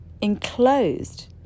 enclosed